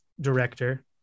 director